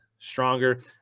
Stronger